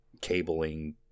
cabling